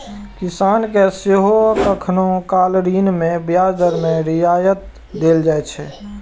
किसान कें सेहो कखनहुं काल ऋण मे ब्याज दर मे रियायत देल जाइ छै